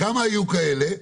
כמה היו כאלה ב-2019?